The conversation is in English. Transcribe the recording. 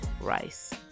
Rice